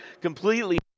completely